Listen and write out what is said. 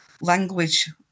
language